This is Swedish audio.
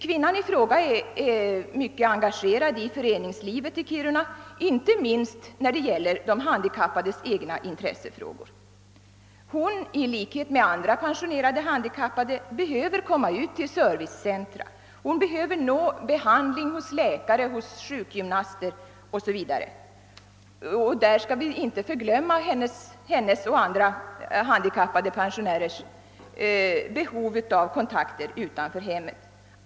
Kvinnan i fråga är mycket engagerad i föreningslivet i Kiruna, inte minst för de handikappades egna intressefrågor, och hon behöver i likhet med andra pensionerade handikappade komma ut till servicecentra, till behandling hos läkare, hos sjukgymnast o. s. v. Vi skall inte heller glömma hennes och alla andra handikappades behov av kontakter utanför hemmet.